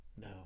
No